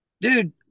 dude